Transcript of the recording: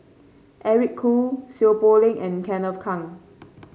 Eric Khoo Seow Poh Leng and Kenneth Keng